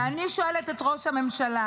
ואני שואלת את ראש הממשלה: